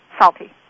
Salty